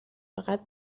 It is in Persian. فقط